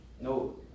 no